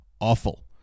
awful